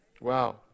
Wow